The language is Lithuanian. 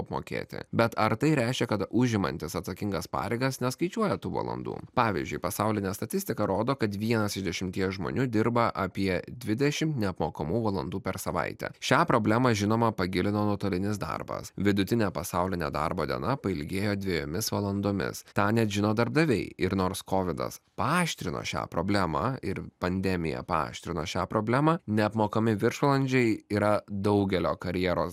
apmokėti bet ar tai reiškia kad užimantys atsakingas pareigas neskaičiuoja tų valandų pavyzdžiui pasaulinė statistika rodo kad vienas iš dešimties žmonių dirba apie dvidešimt nemokamų valandų per savaitę šią problemą žinoma pagilino nuotolinis darbas vidutinė pasaulinė darbo diena pailgėjo dviejomis valandomis tą net žino darbdaviai ir nors kovidas paaštrino šią problemą ir pandemija paaštrino šią problemą neapmokami viršvalandžiai yra daugelio karjeros